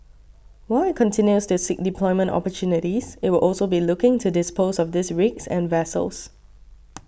while it continues to seek deployment opportunities it will also be looking to dispose of these rigs and vessels